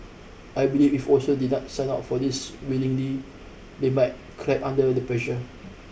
I believe if also did not sign up for this willingly they might crack under the pressure